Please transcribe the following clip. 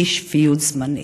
אי-שפיות זמנית.